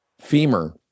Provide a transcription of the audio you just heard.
femur